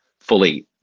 fully